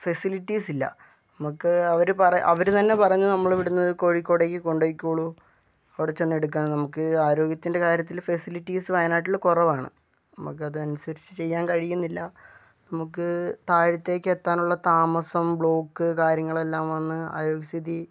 facilities ഇല്ല നമുക്ക് അവര് പറ അവര് തന്നെ പറഞ്ഞ് നമ്മളിവിടുന്ന് കോഴിക്കോടേക്ക് കൊണ്ടുപോയിക്കോളു അവിടെ ചെന്ന് എടുക്കാൻ നമുക്ക് ആരോഗ്യത്തിൻ്റെ കാര്യത്തില് ഫെസിലിറ്റീസ് വയനാട്ടില് കുറവാണ് നമുക്കതനുസരിച്ച് ചെയ്യാൻ കഴിയുന്നില്ല നമുക്ക് താഴത്തേക്ക് എത്താനുള്ള താമസം ബ്ലോക്ക് കാര്യങ്ങളെല്ലാം വന്ന് ആരോഗ്യ സ്ഥിതി